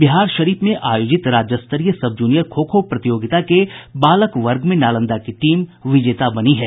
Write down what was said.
बिहारशरीफ में आयोजित राज्यस्तरीय सब जूनियर खो खो प्रतियोगिता के बालक वर्ग में नालंदा की टीम विजेता बनी है